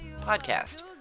podcast